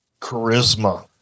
charisma